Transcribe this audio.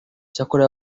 cyakora